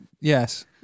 Yes